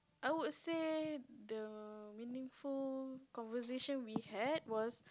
I would say the meaningful conversation we had was